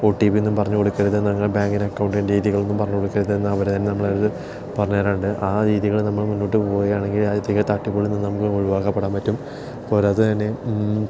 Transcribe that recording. ഒട്ടിപിന്നും പറഞ്ഞ് കൊടുക്കരുതെന്ന് ബാങ്കിലെ അക്കൗണ്ടിൻ്റെ ഏരിയകളൊന്നും പറഞ്ഞ് കൊടുക്കരുതെന്ന് അവരുതന്നെ നമ്മളുടെയടുത്ത് പറഞ്ഞുതരാറുണ്ട് ആ രീതികള് നമ്മള് മുന്നോട്ട് പോവുകയാണെങ്കിൽ ആ തട്ടിപ്പുകളിൽ നിന്ന് നമുക്ക് ഒഴിവാക്കപ്പെടാൻ പറ്റും പോരാത്തേന്